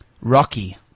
Rocky